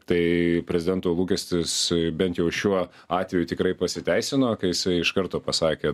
tai prezidento lūkestis bent jau šiuo atveju tikrai pasiteisino kai jisai iš karto pasakė